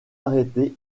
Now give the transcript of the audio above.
arrêté